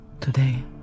Today